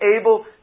able